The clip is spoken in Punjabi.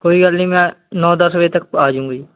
ਕੋਈ ਗੱਲ ਨਹੀਂ ਮੈਂ ਨੌ ਦਸ ਵਜੇ ਤੱਕ ਆ ਜਾਊਂਗਾ ਜੀ